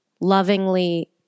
lovingly